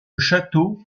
château